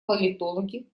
политологи